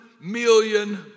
million